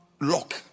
lock